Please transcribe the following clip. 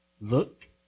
look